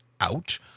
out